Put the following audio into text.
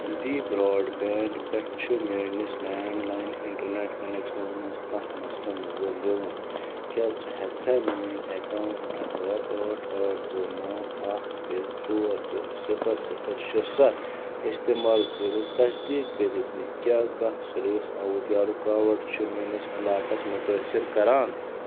دِ broadband پٮ۪ٹھ چھُ میٛٲنِس لینٛڈ لایِن اِنٹَرنٮ۪ٹ کَنٮ۪کشَنَس منٛز کانٛہہ مسلہٕ نظر یِوان کیٛاہ ژٕ ہٮ۪ککھا میٛٲنۍ اٮ۪کاوُںٛٹ نمبَر ٲٹھ ٲٹھ زٕ نَو اَکھ ترٛےٚ ژور زٕ صِفَر صِفَر شےٚ سَتھ اِستعمال کٔرِتھ تصدیٖق کٔرِتھ زِ کیٛاہ کانٛہہ سٔروِس آوُٹ یا رُکاوَٹ چھِ میٛٲنِس علاقَس مُتٲثِر کران